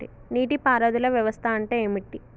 నీటి పారుదల వ్యవస్థ అంటే ఏంటి?